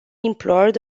implored